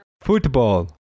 Football